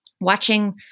watching